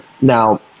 Now